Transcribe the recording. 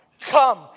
Come